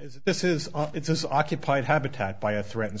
is this is it's occupied habitat by a threatened